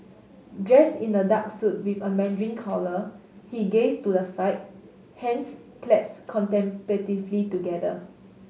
dressed in a dark suit with a mandarin collar he gazed to the side hands claps contemplatively together